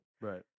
Right